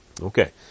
Okay